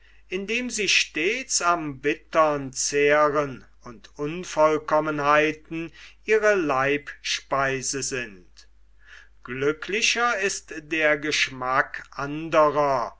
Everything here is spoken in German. indem sie stets am bittern zehren und unvollkommenheiten ihre leibspeise sind glücklicher ist der geschmack andrer